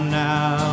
now